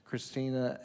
Christina